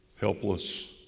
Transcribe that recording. helpless